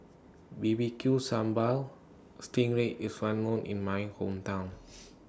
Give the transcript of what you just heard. B B Q Sambal Sting Ray IS Well known in My Hometown